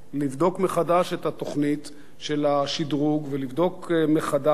לבדוק מחדש את התוכנית של השדרוג ולבדוק מחדש